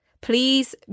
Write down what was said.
please